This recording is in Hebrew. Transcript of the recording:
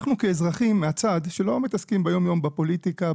אנחנו כאזרחים מהצד שלא מתעסקים ביום-יום בפוליטיקה,